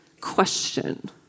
question